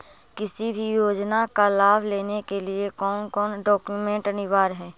किसी भी योजना का लाभ लेने के लिए कोन कोन डॉक्यूमेंट अनिवार्य है?